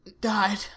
died